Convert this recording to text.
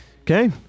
Okay